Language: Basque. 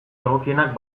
egokienak